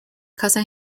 cousin